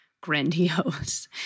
grandiose